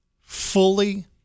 fully